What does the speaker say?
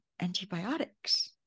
antibiotics